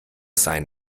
sein